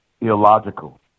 illogical